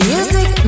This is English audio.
Music